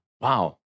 wow